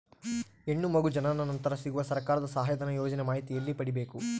ಹೆಣ್ಣು ಮಗು ಜನನ ನಂತರ ಸಿಗುವ ಸರ್ಕಾರದ ಸಹಾಯಧನ ಯೋಜನೆ ಮಾಹಿತಿ ಎಲ್ಲಿ ಪಡೆಯಬೇಕು?